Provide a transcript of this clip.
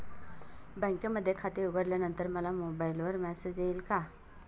बँकेमध्ये खाते उघडल्यानंतर मला मोबाईलवर मेसेज येईल का?